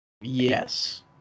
Yes